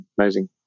amazing